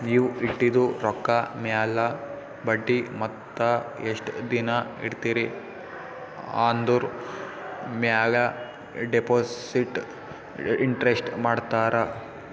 ನೀವ್ ಇಟ್ಟಿದು ರೊಕ್ಕಾ ಮ್ಯಾಲ ಬಡ್ಡಿ ಮತ್ತ ಎಸ್ಟ್ ದಿನಾ ಇಡ್ತಿರಿ ಆಂದುರ್ ಮ್ಯಾಲ ಡೆಪೋಸಿಟ್ ಇಂಟ್ರೆಸ್ಟ್ ಮಾಡ್ತಾರ